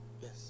yes